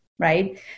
right